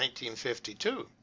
1952